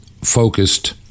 focused